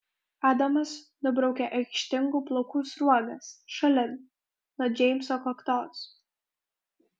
adamas nubraukia aikštingų plaukų sruogas šalin nuo džeimso kaktos